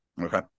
Okay